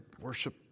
worship